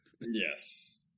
Yes